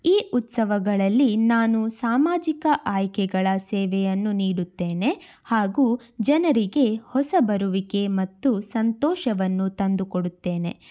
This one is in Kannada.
ಈ ಉತ್ಸವಗಳಲ್ಲಿ ನಾನು ಸಾಮಾಜಿಕ ಆಯ್ಕೆಗಳ ಸೇವೆಯನ್ನು ನೀಡುತ್ತೇನೆ ಹಾಗೂ ಜನರಿಗೆ ಹೊಸ ಬರುವಿಕೆ ಮತ್ತು ಸಂತೋಷವನ್ನು ತಂದುಕೊಡುತ್ತೇನೆ